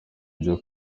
ibyo